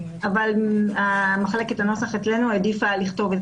אבל מחלקת הנוסח אצלנו העדיפה לכתוב את